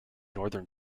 northern